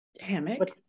hammock